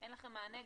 שאין לכם מענה,